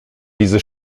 diese